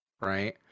right